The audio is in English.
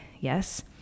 yes